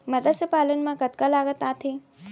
मतस्य पालन मा कतका लागत आथे?